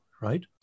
right